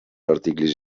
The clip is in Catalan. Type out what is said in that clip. articles